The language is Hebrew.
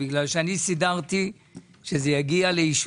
בגלל שאני סידרתי שזה יגיע לאישור,